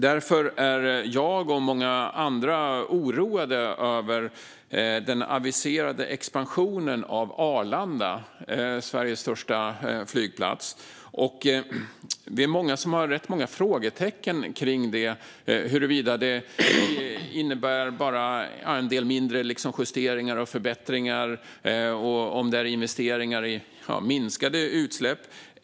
Därför är jag och många andra oroade över den aviserade expansionen av Arlanda, Sveriges största flygplats. Det är många som har frågetecken om huruvida detta bara innebär en del mindre justeringar och förbättringar och om det är investeringar i minskade utsläpp.